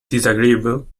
disagreeable